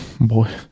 Boy